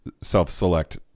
self-select